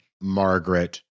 Margaret